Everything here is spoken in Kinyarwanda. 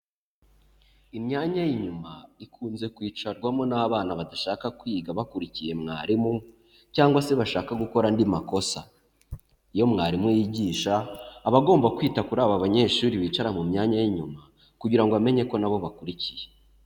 Imyanya y'inyuma ikunze kwicarwamo n'abana badashaka kwiga bakurikiye mwarimu cyangwa se bashaka gukora andi makosa, iyo mwarimu yigisha aba agomba kwita kuri aba banyeshuri bicara mu myanya y'inyuma kugira ngo amenye ko na bo bakurikiye.